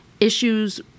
issues